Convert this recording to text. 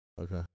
Okay